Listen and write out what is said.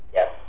Yes